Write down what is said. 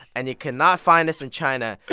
and you cannot find this in china.